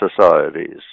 societies